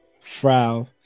Frau